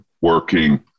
working